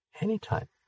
anytime